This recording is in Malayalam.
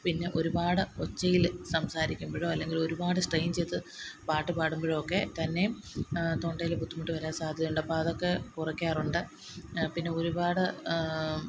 പിന്നെ ഒരുപാട് ഒച്ചയിൽ സംസാരിക്കുമ്പോഴോ അല്ലെങ്കിൽ ഒരുപാട് സ്ട്രെയിൻ ചെയ്ത് പാട്ട് പാടുമ്പോഴോ ഒക്കെ തന്നെയും തൊണ്ടയിൽ ബുദ്ധിമുട്ട് വരാൻ സാധ്യതയുണ്ട് അപ്പം അതൊക്കെ കുറയ്ക്കാറുണ്ട് പിന്നെ ഒരുപാട്